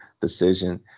decision